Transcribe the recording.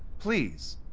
please,